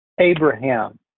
Abraham